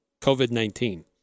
COVID-19